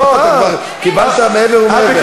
אבל אמרת שיש, קיבלת מעבר ומעבר.